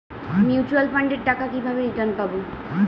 Mutual ফান্ডের টাকা কিভাবে রিটার্ন পাব?